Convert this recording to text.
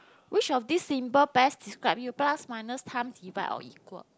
which of these symbol best describe you plus minus time divide or equal